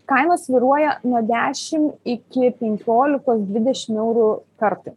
kainos svyruoja nuo dešim iki penkiolikos dvidešim eurų kartui